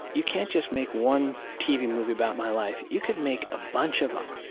you can't just make one tv movie about my life, you could make a bunch of them.